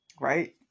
right